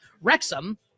Wrexham